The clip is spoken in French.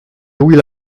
louis